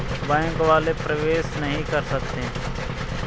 Bank वाले प्रवेश नहीं करते हैं?